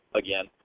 again